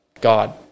God